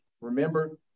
Remember